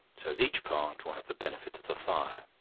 so as each part will have the benefit of the fire.